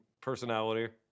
personality